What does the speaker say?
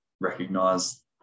recognize